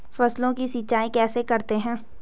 फसलों की सिंचाई कैसे करते हैं?